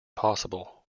possible